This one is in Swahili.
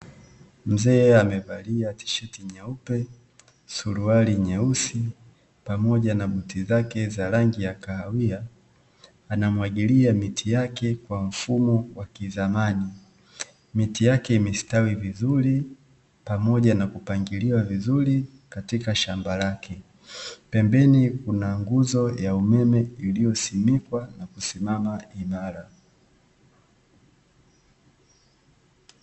Mzee amevalia tisheti nyeupe suruali nyeusi pamoja na buti zake za rangi ya kahawia, anamwagilia miti yake kwa mfumo wa kizamani. Miti yake imestawi vizuri pamoja nakupangiliwa vizuri katika shamba lake, pembeni kuna nguzo ya umeme iliyosimikwa na kusimama imara.